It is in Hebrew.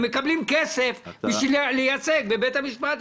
הם מקבלים כסף בשביל לייצג בבית המשפט,